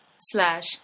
slash